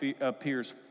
appears